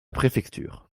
préfecture